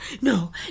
no